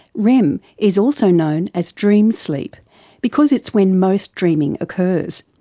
rem is also known as dream sleep because it's when most dreaming occurs.